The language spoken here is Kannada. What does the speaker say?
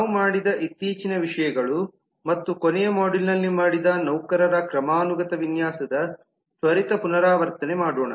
ನಾವು ಮಾಡಿದ ಇತ್ತೀಚಿನ ವಿಷಯಗಳು ಮತ್ತು ಕೊನೆಯ ಮಾಡ್ಯೂಲ್ನಲ್ಲಿ ಮಾಡಿದ ನೌಕರರ ಕ್ರಮಾನುಗತ ವಿನ್ಯಾಸದ ತ್ವರಿತ ಪುನರಾವರ್ತನೆ ಮಾಡೋಣ